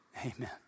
Amen